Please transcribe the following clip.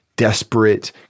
Desperate